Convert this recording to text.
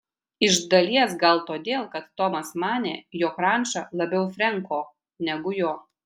iš dalies gal todėl kad tomas manė jog ranča labiau frenko negu jo